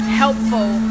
helpful